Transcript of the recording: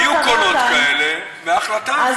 היו קולות כאלה, וההחלטה עברה.